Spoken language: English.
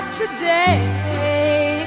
today